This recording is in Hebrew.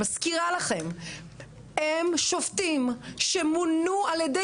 מזכירה לכן הם שופטים שמונו על ידי